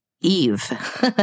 Eve